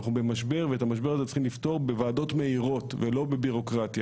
אנחנו במשבר ואת המשבר הזה צריכים לפתור בוועדות מהירות ולא בבירוקרטיה.